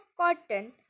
cotton